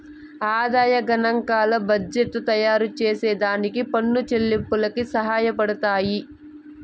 ఆదాయ గనాంకాలు బడ్జెట్టు తయారుచేసే దానికి పన్ను చెల్లింపులకి సహాయపడతయ్యి